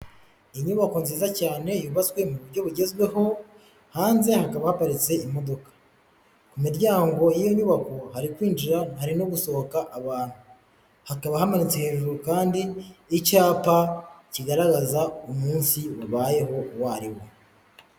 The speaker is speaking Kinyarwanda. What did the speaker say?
Inyubako nziza cyane yubatswe mu buryo bugezweho hanze hakaba haparitse imodoka, imiryango y'iyo nyubako hari kwinjira hari no gusohoka abantu, hakaba hamanitse hejuru kandi icyapa kigaragaza umunsi wabayeho uwo ariwo.